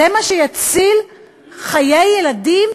זה מה שיציל חיי ילדים,